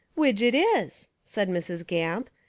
widge it is, said mrs. gamp,